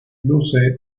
luce